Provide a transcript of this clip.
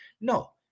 no